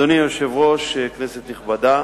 אדוני היושב-ראש, כנסת נכבדה,